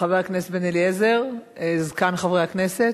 חבר הכנסת בן-אליעזר, זקן חברי הכנסת,